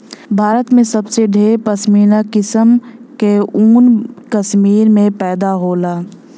भारत में सबसे ढेर पश्मीना किसम क ऊन कश्मीर में पैदा होला